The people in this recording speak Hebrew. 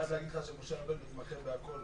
חייב להגיד לך שמשה ארבל מתמחה בכול.